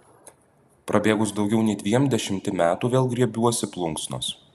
prabėgus daugiau nei dviem dešimtim metų vėl griebiuosi plunksnos